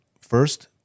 first